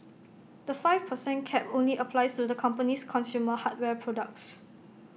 the five per cent cap only applies to the company's consumer hardware products